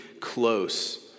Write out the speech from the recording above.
close